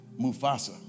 Mufasa